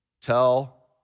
Tell